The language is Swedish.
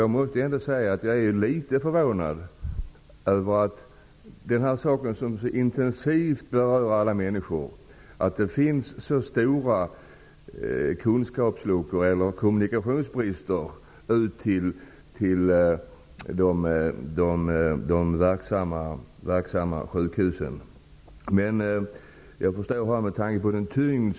Jag är dock litet förvånad över att kunskapsluckorna eller kommunikationsbristerna är så stora vid de verksamma sjukhusen vad gäller något som så intensivt berör alla människor.